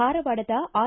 ಧಾರವಾಡದ ಆರ್